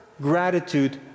gratitude